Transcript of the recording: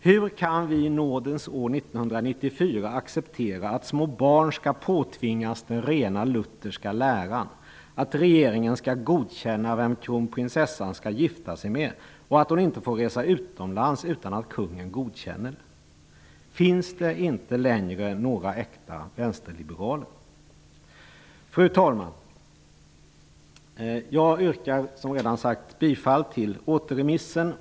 Hur kan vi i nådens år 1994 acceptera att små barn skall påtvingas den rena Lutherska läran, att regeringen skall godkänna vem kronprinsessan skall gifta sig med och att hon inte får resa utomlands utan att Kungen godkänner det? Finns det inga äkta vänsterliberaler längre? Fru talman! Jag yrkar, som redan sagts, bifall till återremissen.